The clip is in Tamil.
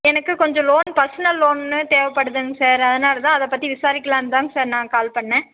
எனக்கு கொஞ்சம் லோன் பெர்சனல் லோன்னு தேவைப்படுதுங்க சார் அதனால் தான் அதை பற்றி விசாரிக்கலாம்னு தான்ங்க சார் நான் கால் பண்ணேன்